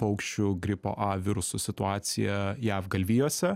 paukščių gripo a virusų situaciją jav galvijuose